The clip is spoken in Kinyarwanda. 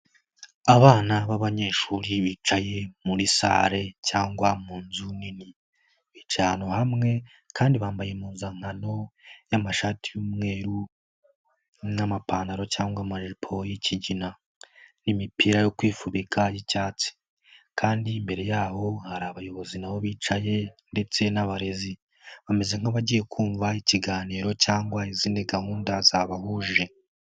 Abana b'abanyeshuri bicaye muri sale cyangwa mu nzu nini, bicaye ahantu hamwe kandi bambaye impuzankano y'amashati y'umweru n'amapantaro cyangwa amajipo y'ikigina n'imipira yo kwifubika y'icyatsi kandi mbere y'aho hari abayobozi na bo bicaye ndetse n'abarezi, bameze nk'abagiye kumva ikiganiro cyangwa izindi gahunda zabahuje.